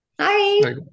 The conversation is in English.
Hi